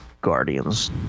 Guardians